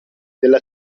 della